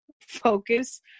focus